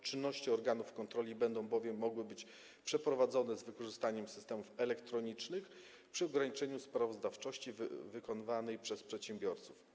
Czynności organów kontroli będą mogły być przeprowadzone z wykorzystaniem systemów elektronicznych, przy ograniczeniu sprawozdawczości wykonywanej przez przedsiębiorców.